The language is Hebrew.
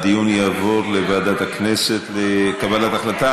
הדיון יעבור לוועדת הכנסת לקבלת החלטה.